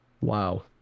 Wow